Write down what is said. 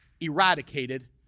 eradicated